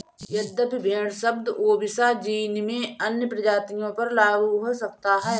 यद्यपि भेड़ शब्द ओविसा जीन में अन्य प्रजातियों पर लागू हो सकता है